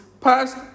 past